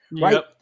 right